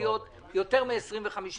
הסתייגויות שאני הגשתי זה כאילו דילגו עליהן.